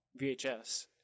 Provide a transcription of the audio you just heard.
VHS